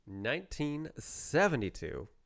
1972